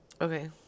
Okay